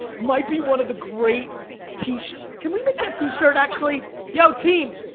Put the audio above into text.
might be one of the great t-shirts, can we make that t-shirt actually? yo team,